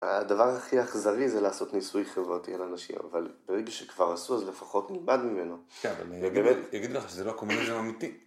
הדבר הכי אכזרי זה לעשות ניסוי חברתי על אנשים, אבל ברגע שכבר עשו, אז לפחות נלמד ממנו. כן, אבל אני אגיד לך שזה לא הקומוניזם האמיתי.